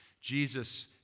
Jesus